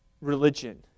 religion